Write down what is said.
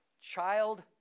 child